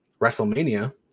WrestleMania